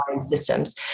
systems